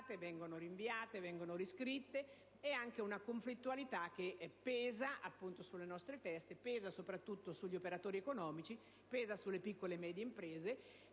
Grazie